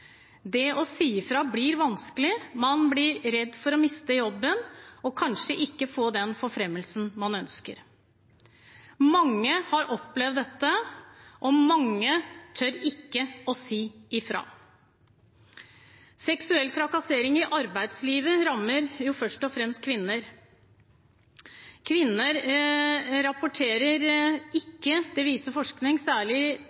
Det å si fra blir vanskelig, man blir redd for å miste jobben og kanskje ikke få den forfremmelsen man ønsker. Mange har opplevd dette, og mange tør ikke å si fra. Seksuell trakassering i arbeidslivet rammer først og fremst kvinner. Forskning viser at kvinner ikke rapporterer, særlig